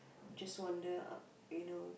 just wonder uh you know